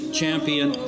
champion